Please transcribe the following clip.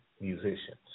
musicians